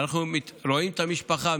אנחנו רואים את המשפחה,